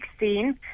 2016